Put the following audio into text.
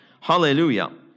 Hallelujah